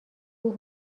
کوه